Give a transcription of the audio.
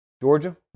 Georgia